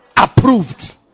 approved